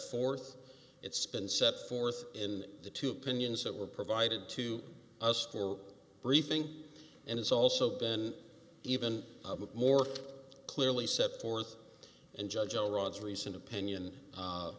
forth it's been set forth in the two opinions that were provided to us for briefing and it's also been even more clearly set forth and judge on rod's recent opinion